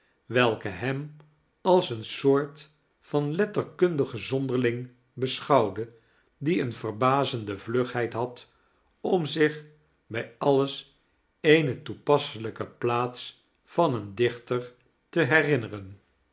welke hem als eene soort van letterkundigen zonderling beschouwde die eene verbazende vlugheid had om zich bij alles eene toepasselijke plaats van een dichter te herinneren